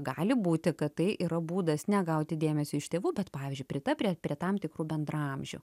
gali būti kad tai yra būdas ne gauti dėmesio iš tėvų bet pavyzdžiui pritapt prie prie tam tikrų bendraamžių